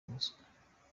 ubuswa